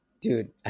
dude